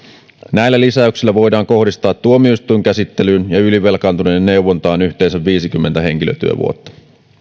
näillä lisäyksillä voidaan kohdistaa tuomioistuinkäsittelyyn ja ylivelkaantuneiden neuvontaan yhteensä viisikymmentä henkilötyövuotta